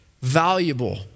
valuable